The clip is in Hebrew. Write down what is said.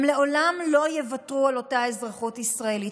הם לעולם לא יוותרו על אותה אזרחות ישראלית.